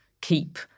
keep